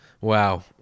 Wow